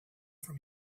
from